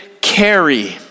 carry